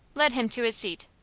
led him to his seat.